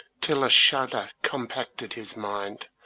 till a shudder compacted his mind,